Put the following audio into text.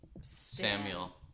Samuel